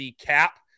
cap